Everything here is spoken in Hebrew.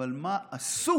אבל מה עשו